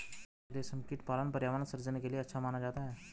रेशमकीट पालन पर्यावरण सृजन के लिए अच्छा माना जाता है